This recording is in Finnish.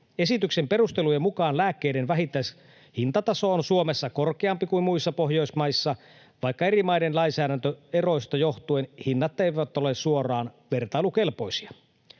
Esityksen perustelujen mukaan lääkkeiden vähittäishintataso on Suomessa korkeampi kuin muissa Pohjoismaissa, vaikka eri maiden lainsäädäntöeroista johtuen hinnat eivät ole suoraan vertailukelpoisia.